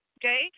Okay